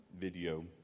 video